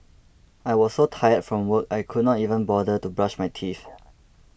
I was so tired from work I could not even bother to brush my teeth